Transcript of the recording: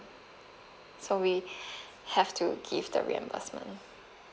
so we have to give the reimbursement